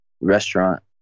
restaurant